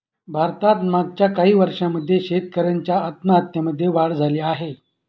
भारतात मागच्या काही वर्षांमध्ये शेतकऱ्यांच्या आत्महत्यांमध्ये वाढ झाली आहे